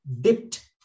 dipped